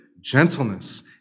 gentleness